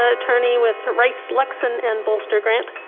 ah attorney with rice, luxon and bolster-grant.